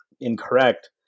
incorrect